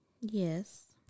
Yes